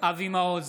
אבי מעוז,